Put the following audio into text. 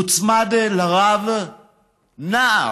הוצמד אל הרב נער